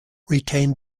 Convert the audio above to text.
retained